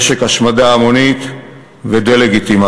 נשק להשמדה המונית ודה-לגיטימציה.